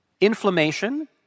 Inflammation